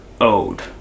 owed